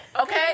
Okay